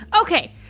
Okay